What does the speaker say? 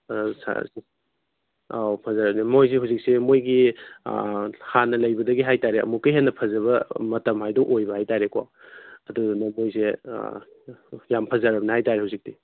ꯑꯥ ꯑꯧ ꯐꯖꯔꯕꯅꯤ ꯃꯣꯏꯁꯦ ꯍꯧꯖꯤꯛꯁꯦ ꯃꯣꯏꯒꯤ ꯍꯥꯟꯅ ꯂꯩꯕꯗꯒꯤ ꯍꯥꯏꯇꯔꯦ ꯑꯃꯨꯛꯀ ꯍꯦꯟꯅ ꯐꯖꯕ ꯃꯇꯝ ꯍꯥꯏꯗꯨ ꯑꯣꯏꯕ ꯍꯥꯏꯇꯔꯦꯀꯣ ꯑꯗꯨꯗꯨꯅ ꯃꯣꯏꯁꯦ ꯌꯥꯝ ꯐꯖꯔꯕꯅꯤ ꯍꯥꯏꯇꯔꯦ ꯍꯧꯖꯤꯛꯇꯤ